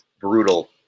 brutal